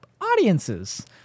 audiences